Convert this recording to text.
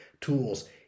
tools